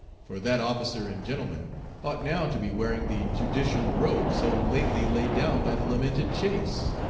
for that officer and gentleman ought now to be wearing the judicial robe so lately laid down by the lamented chase.